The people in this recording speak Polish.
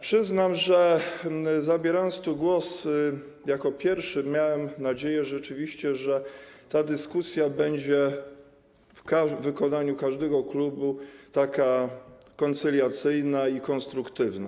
Przyznam, że zabierając tu głos jako pierwszy, miałem nadzieję, że ta dyskusja będzie w wykonaniu każdego klubu koncyliacyjna i konstruktywna.